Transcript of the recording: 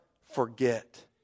forget